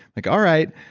like, all right,